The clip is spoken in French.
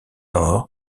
nord